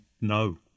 no